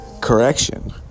Correction